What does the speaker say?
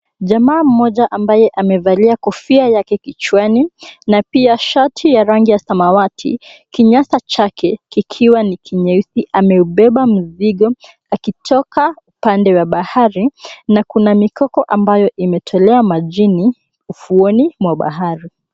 Jamaa mmoja ambaye amevalia kofia yake kichwani na pia shati ya rangi ya samawati, kinyasa chake kikiwa ni kinyeusi ameubeba mzigo akitoka pande ya bahari na kuna mikoko ambayo imetolewa majini ufuoni mwa bahari.